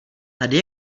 tady